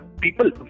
people